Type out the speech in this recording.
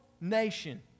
nation